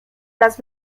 las